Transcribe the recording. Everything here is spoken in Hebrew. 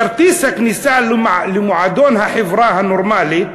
כרטיס הכניסה למועדון החברה הנורמלית,